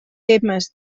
temes